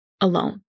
alone